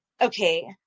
okay